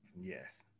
Yes